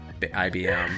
ibm